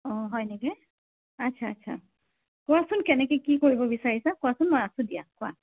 অঁ হয় নেকি আচ্ছা আচ্ছা কোৱাচোন কেনেকে কি কৰিব বিচাৰিছা কোৱাচোন মই আছোঁ দিয়া কোৱা